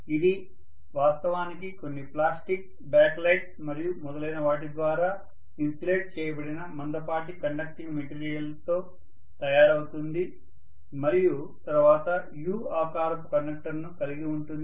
ఇది వాస్తవానికి కొన్ని ప్లాస్టిక్ బేకలైట్ మరియు మొదలైన వాటి ద్వారా ఇన్సులేట్ చేయబడిన మందపాటి కండక్టింగ్ మెటీరియల్తో తయారవుతుంది మరియు తరువాత U ఆకారపు కండక్టర్ను కలిగి ఉంటుంది